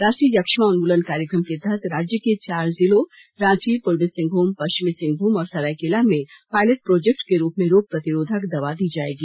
राष्ट्रीय यक्षमा उन्मूलन कार्यक्रम के तहत राज्य के चार जिलों रांची पूर्वी सिंहभूम पश्चिमी सिंहभूम और सरायकेला में पायलेट प्रोजेक्ट के रूप में रोग प्रतिरोधक दवा दी जाएगी